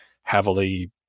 heavily